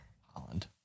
Holland